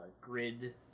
Grid